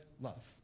love